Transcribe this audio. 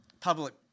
public